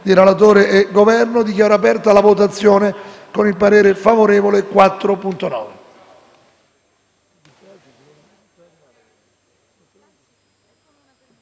Grazie